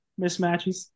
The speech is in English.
mismatches